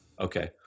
Okay